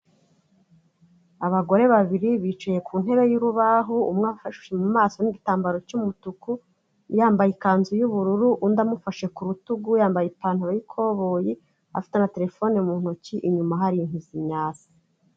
Abagore babiri bicaye ku ntebe y'urubaho, umwe afashe mu maso n'igitambaro cy'umutuku, yambaye ikanzu y'ubururu, undi amufashe ku rutugu yambaye ipantaro y'ikoboyi, afite na terefone mu ntoki, inyuma hari inkwi z'imyasi.